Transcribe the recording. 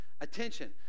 attention